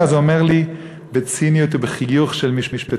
אז הוא אומר לי בציניות ובחיוך של משפטן: